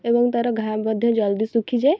ଏବଂ ତା'ର ଘାଆ ମଧ୍ୟ ଜଲ୍ଦି ଶୁଖିଯାଏ